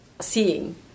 seeing